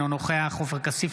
אינו נוכח עופר כסיף,